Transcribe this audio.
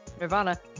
Nirvana